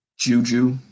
Juju